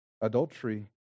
Adultery